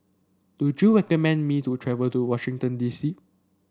do you recommend me to travel to Washington D C